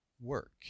work